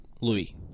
Louis